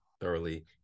thoroughly